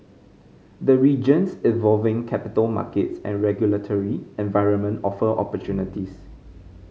the region's evolving capital markets and regulatory environment offer opportunities